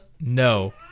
No